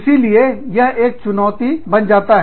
इसीलिए यह एक चुनौती बन जाता है